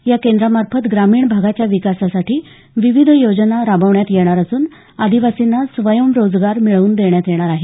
या केंद्रामार्फत ग्रामीण भागाच्या विकासासाठी विविध योजना राबवण्यात येणार असून आदिवासींना स्वयंरोजगार मिळवून देण्यात येणार आहेत